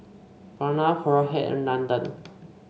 Pranav Rohit and Nandan